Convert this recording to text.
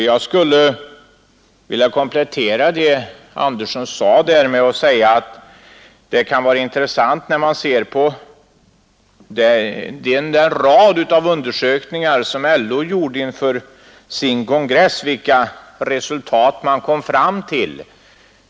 Jag skulle vilja komplettera det herr Andersson sade med att påpeka, att det kan vara intressant att se på vilka resultat man kom fram till i den rad av undersökningar som LO gjorde inför sin kongress i år.